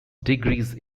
degrees